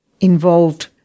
involved